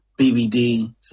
BBD